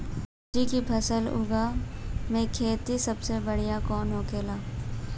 सब्जी की फसल उगा में खाते सबसे बढ़ियां कौन होखेला?